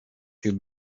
too